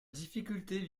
difficulté